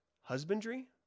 husbandry